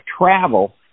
travel